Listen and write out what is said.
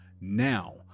Now